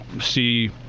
see